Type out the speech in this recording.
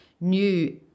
new